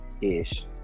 ish